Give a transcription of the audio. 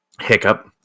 Hiccup